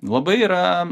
labai yra